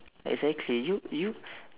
exactly you you